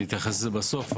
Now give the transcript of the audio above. ואני אתייחס לזה בסוף,